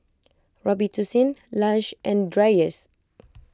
Robitussin Lush and Dreyers